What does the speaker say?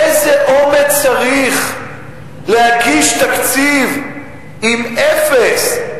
איזה אומץ צריך בשביל להגיש תקציב עם אפס,